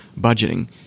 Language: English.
budgeting